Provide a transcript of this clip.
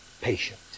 patient